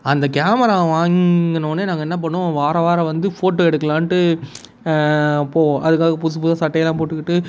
அந்த கேமரா வாங்கின உடனே நாங்கள் என்ன பண்ணோம் வாரம் வாரம் வந்து ஃபோட்டோ எடுக்கலாம்ன்ட்டு போவோம் அதுக்காக புதுசு புதுசாக சட்டையெல்லாம் போட்டுக்கிட்டு